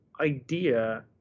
idea